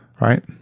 right